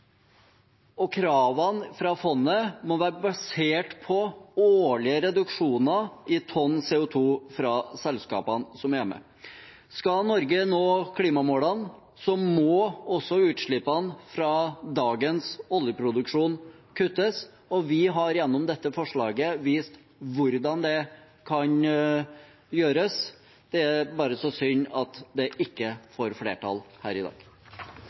klimagasser. Kravene fra fondet må være basert på årlige reduksjoner i tonn CO2 fra selskapene som er med. Skal Norge nå klimamålene, må også utslippene fra dagens oljeproduksjon kuttes. Vi har gjennom dette forslaget vist hvordan det kan gjøres. Det er bare så synd at det ikke får flertall her i dag.